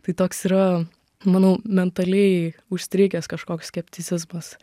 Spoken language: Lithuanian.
tai toks yra manau mentaliai užstrigęs kažkoks skepticizmas